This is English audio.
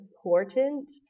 important